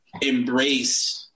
embrace